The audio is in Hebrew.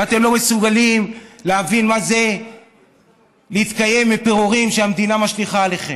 ואתם לא מסוגלים להבין מה זה להתקיים מפירורים שהמדינה משליכה עליכם.